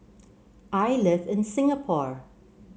I live in Singapore